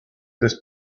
this